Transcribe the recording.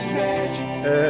magic